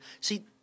See